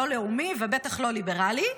לא לאומי ובטח לא ליברלי.